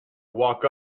walk